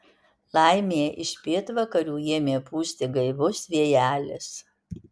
laimė iš pietvakarių ėmė pūsti gaivus vėjelis